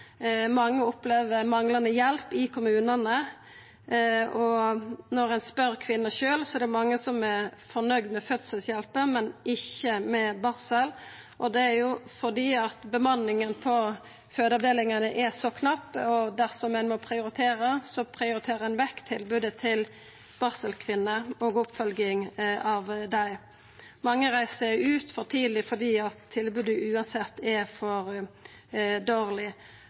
Mange opplever manglande hjelp i kommunane, og når ein spør kvinnene sjølve, er det mange som er fornøgde med fødselshjelpa, men ikkje med barsel. Det er jo fordi bemanninga på fødeavdelingane er så knapp, og dersom ein må prioritera, prioriterer ein vekk tilbodet til barselkvinner og oppfølging av dei. Mange reiser ut for tidleg fordi tilbodet uansett er for dårleg.